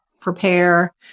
Prepare